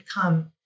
come